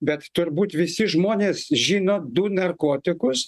bet turbūt visi žmonės žino du narkotikus